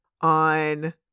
on